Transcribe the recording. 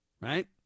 Right